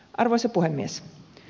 arvoisa puhemies